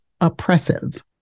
oppressive